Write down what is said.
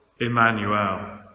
Emmanuel